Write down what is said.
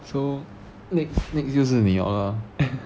so next next 就是你 liao lah